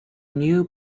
new